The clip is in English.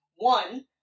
One